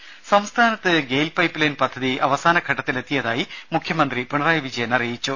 രുമ സംസ്ഥാനത്ത് GAIL pipe line പദ്ധതി അവസാന ഘട്ടത്തിൽ എത്തിയതായി മുഖ്യമന്ത്രി പിണറായി വിജയൻ പറഞ്ഞു